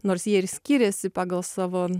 nors jie ir skiriasi pagal savo